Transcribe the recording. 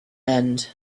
end